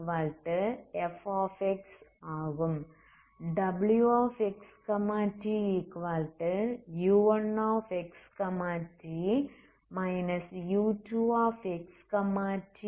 wxtu1xt u2xt என்று consider பண்ணவேண்டும்